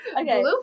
Okay